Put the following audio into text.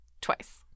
Twice